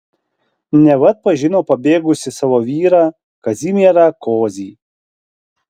neva atpažino pabėgusį savo vyrą kazimierą kozį